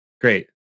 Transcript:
great